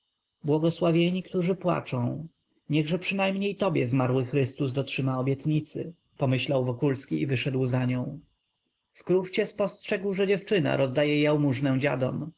wyszła błogosławieni którzy płaczą niechże przynajmniej tobie zmarły chrystus dotrzyma obietnicy pomyślał wokulski i wyszedł za nią w kruchcie spostrzegł że dziewczyna rozdaje jałmużnę dziadom